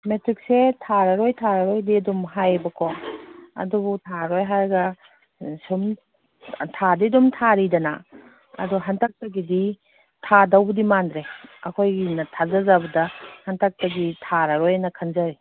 ꯃꯦꯇ꯭ꯔꯤꯛꯁꯦ ꯊꯥꯔꯔꯣꯏ ꯊꯥꯔꯔꯣꯏꯗꯤ ꯑꯗꯨꯝ ꯍꯥꯏꯕꯀꯣ ꯑꯗꯨꯕꯨ ꯊꯥꯔꯔꯣꯏ ꯍꯥꯏꯔꯒ ꯁꯨꯝ ꯊꯥꯗꯤ ꯑꯗꯨꯝ ꯊꯥꯔꯤꯗꯅ ꯑꯗꯣ ꯍꯟꯗꯛꯇꯒꯤꯗꯤ ꯊꯥꯗꯧꯕꯗꯤ ꯃꯥꯟꯗ꯭ꯔꯦ ꯑꯩꯈꯣꯏꯒꯤꯅ ꯊꯥꯖꯖꯕꯗ ꯍꯟꯗꯛꯇꯒꯤ ꯊꯥꯔꯔꯣꯏꯅ ꯈꯟꯖꯩ